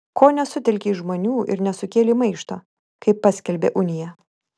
ko nesutelkei žmonių ir nesukėlei maišto kai paskelbė uniją